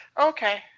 Okay